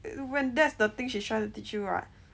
when that's the thing she's trying to teach you [what]